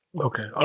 Okay